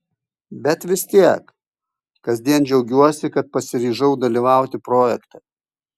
bet vis tiek kasdien džiaugiuosi kad pasiryžau dalyvauti projekte